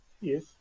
Yes